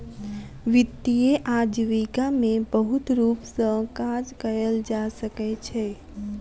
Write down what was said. वित्तीय आजीविका में बहुत रूप सॅ काज कयल जा सकै छै